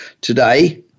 Today